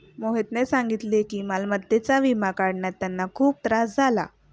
मोहितने सांगितले की मालमत्तेचा विमा काढण्यात त्यांना खूप त्रास झाला